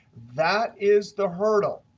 that is the hurdle.